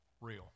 real